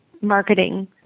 marketing